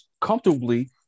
comfortably